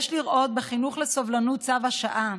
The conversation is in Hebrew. יש לראות בחינוך לסובלנות צו השעה,